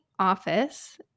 Office